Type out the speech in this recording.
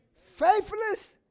faithless